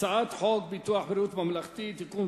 הצעת חוק ביטוח בריאות ממלכתי (תיקון,